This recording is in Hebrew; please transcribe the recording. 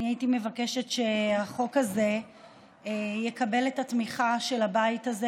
אני הייתי מבקשת שהחוק יקבל את התמיכה של הבית הזה,